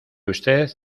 usted